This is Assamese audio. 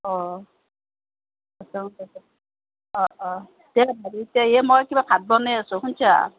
অঁ অঁ অঁ তেওঁ ভাবিছে এই মই কিবা ভাত বনাই আছোঁ শুনিছা